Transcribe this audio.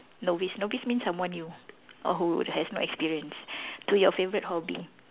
novice novice means someone new or who has no experience to your favorite hobby